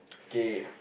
okay